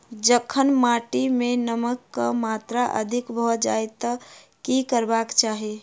जखन माटि मे नमक कऽ मात्रा अधिक भऽ जाय तऽ की करबाक चाहि?